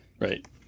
Right